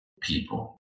people